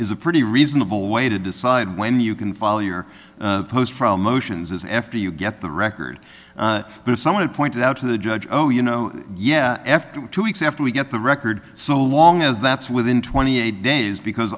is a pretty reasonable way to decide when you can follow your post from motions is after you get the record but as someone pointed out to the judge oh you know yeah after two weeks after we get the record so long as that's within twenty eight days because